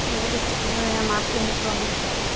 مجھے پکچر پسند ہے ہم آپ کے ہیں کون